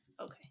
okay